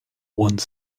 one